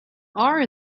are